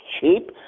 cheap